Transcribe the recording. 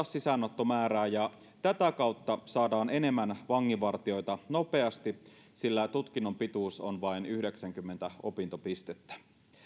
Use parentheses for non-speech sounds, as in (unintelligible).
(unintelligible) sisäänottomäärää ja tätä kautta saadaan enemmän vanginvartijoita nopeasti sillä tutkinnon pituus on vain yhdeksänkymmentä opintopistettä